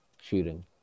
shooting